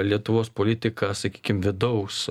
lietuvos politika sakykim vidaus